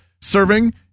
serving